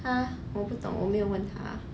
他我不懂我没有问他